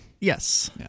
Yes